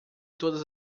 todas